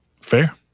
Fair